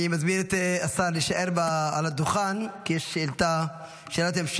אני מזמין את השר להישאר על הדוכן כי יש שאילתה נוספת.